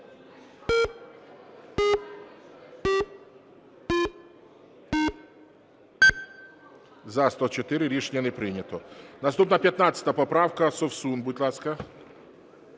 За-104 Рішення не прийнято. Наступна 15 поправка.